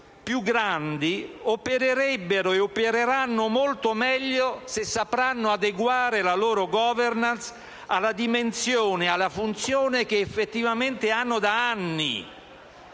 più grandi opererebbero ed opereranno molto meglio se sapranno adeguare la loro *governance* alla dimensione ed alla funzione che effettivamente hanno da anni.